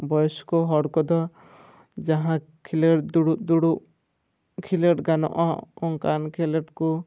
ᱵᱚᱭᱮᱥ ᱠᱚ ᱦᱚᱲ ᱠᱚᱫᱚ ᱡᱟᱦᱟᱸ ᱠᱷᱮᱞᱳᱰ ᱫᱩᱲᱩᱵ ᱫᱩᱲᱩᱵ ᱠᱷᱮᱞᱳᱰ ᱜᱟᱱᱚᱜᱼᱟ ᱚᱱᱠᱟᱱ ᱠᱷᱮᱞᱳᱰ ᱠᱚ